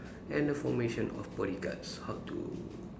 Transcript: and the formation of bodyguards how to